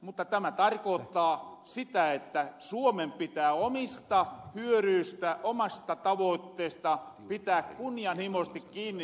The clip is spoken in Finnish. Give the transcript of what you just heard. mutta tämä tarkoottaa sitä että suomen pitää omista hyöryystä omasta tavootteesta pitää kunnianhimoosesti kiinni